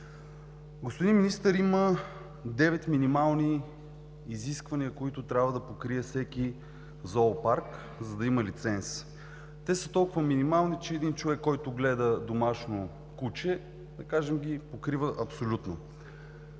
Господин Министър, има девет минимални изисквания, които трябва да покрие всеки зоопарк, за да има лиценз. Те са толкова минимални, че един човек, който гледа домашно куче, да кажем, ги покрива абсолютно.